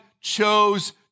chose